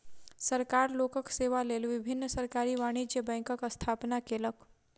सरकार लोकक सेवा लेल विभिन्न सरकारी वाणिज्य बैंकक स्थापना केलक